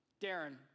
Darren